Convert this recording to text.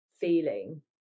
feeling